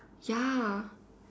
ya